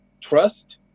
trust